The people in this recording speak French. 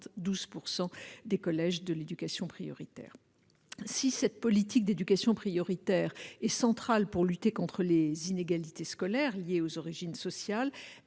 12 % des collèges de l'éducation prioritaire. Si la politique d'éducation prioritaire est centrale pour lutter contre les inégalités scolaires liées aux origines sociales,